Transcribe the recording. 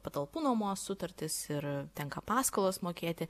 patalpų nuomos sutartis ir tenka paskolas mokėti